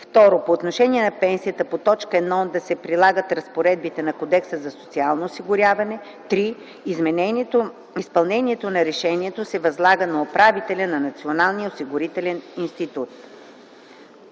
г. 2. По отношение на пенсията по т. 1 да се прилагат разпоредбите на Кодекса за социално осигуряване. 3. Изпълнението на решението се възлага на управителя на Националния осигурителен институт”.”